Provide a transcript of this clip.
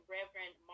Reverend